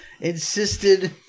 insisted